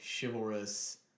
chivalrous